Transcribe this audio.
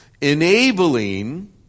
Enabling